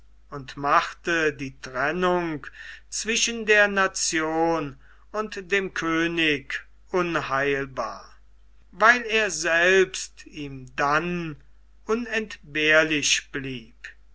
und machte die trennung zwischen der nation und dem könig unheilbar weil er selbst ihm dann unentbehrlich blieb